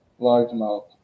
largemouth